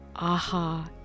aha